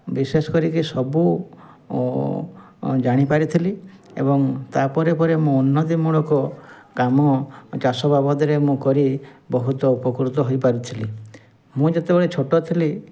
ବିଶେଷ କରିକି ସବୁ ଜାଣିପାରିଥିଲି ଏବଂ ତା'ପରେ ପରେ ମୁଁ ଉନ୍ନତିମୂଳକ କାମ ଚାଷ ବାବଦରେ ମୁଁ କରି ବହୁତ ଉପକୃତ ହୋଇପାରିଥିଲି ମୁଁ ଯେତେବଳେ ଛୋଟ ଥିଲି